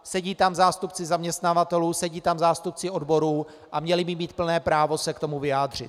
Sedí tam zástupci zaměstnavatelů, sedí tam zástupci odborů a měli by mít plné právo se k tomu vyjádřit.